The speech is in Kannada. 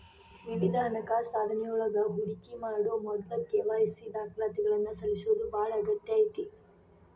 ವಿವಿಧ ಹಣಕಾಸ ಸಾಧನಗಳೊಳಗ ಹೂಡಿಕಿ ಮಾಡೊ ಮೊದ್ಲ ಕೆ.ವಾಯ್.ಸಿ ದಾಖಲಾತಿಗಳನ್ನ ಸಲ್ಲಿಸೋದ ಬಾಳ ಅಗತ್ಯ ಐತಿ